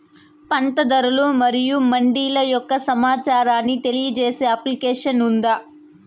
పంట ధరలు మరియు మండీల యొక్క సమాచారాన్ని తెలియజేసే అప్లికేషన్ ఉందా?